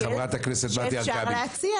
שאלה אותך חברת הכנסת מטי הרכבי,